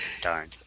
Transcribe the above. darn